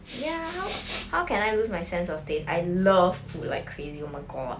ya how how can I lose my sense of taste I love food like crazy oh my god